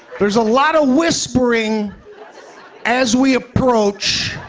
there's a lot of whispering as we approach,